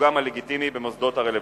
וייצוגם הלגיטימי במוסדות הרלוונטיים.